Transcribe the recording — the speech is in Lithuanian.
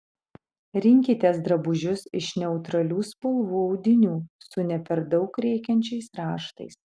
rinkitės drabužius iš neutralių spalvų audinių su ne per daug rėkiančiais raštais